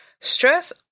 Stress